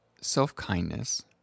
self-kindness